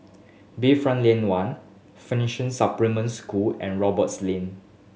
Bayfront Lane One Finnishing Supplementary School and Roberts Lane